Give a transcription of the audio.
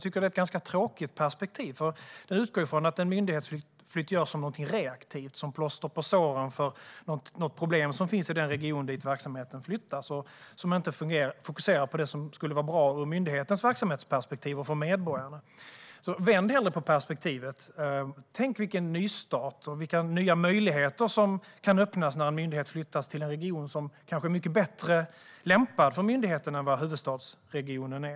Det är ett ganska tråkigt perspektiv, för det utgår ifrån att en myndighetsflytt görs som något reaktivt, som plåster på såren för något problem som finns i den region dit verksamheten flyttar, och att man inte fokuserar på det som skulle vara bra ur myndighetens verksamhetsperspektiv och för medborgarna. Vänd hellre på perspektivet! Tänk vilken nystart och nya möjligheter som kan öppnas när en myndighet flyttas till en region som kanske är mycket bättre lämpad för myndigheten än vad huvudstadsregionen är.